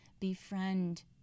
Befriend